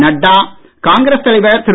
நட்டா காங்கிரஸ் தலைவர் திரு